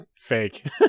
fake